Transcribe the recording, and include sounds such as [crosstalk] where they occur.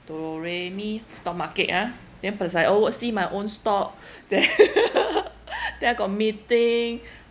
do re mi stock market ah then plus I oversee my own stock [breath] then [laughs] then I got meeting